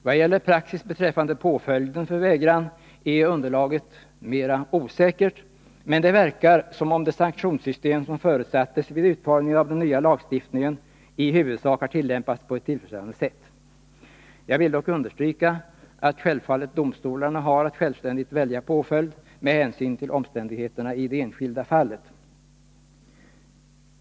Vad gäller praxis beträffande påföljden för vägran är underlaget mera osäkert, men det verkar som om det sanktionssystem som förutsattes vid utformningen av den nya lagstiftningen i huvudsak har tillämpats på ett tillfredsställande sätt. Jag vill dock understryka att domstolarna har att självständigt välja påföljd med hänsyn till omständigheterna i det enskilda fallet.